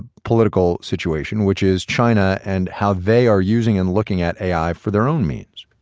ah political situation, which is china and how they are using and looking at ai for their own means